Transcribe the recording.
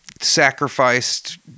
sacrificed